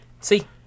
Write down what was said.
See